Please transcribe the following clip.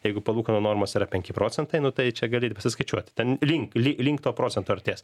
jeigu palūkanų normos yra penki procentai nu tai čia gali pasiskaičiuot ten link li link to procento artės